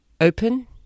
open